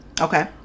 Okay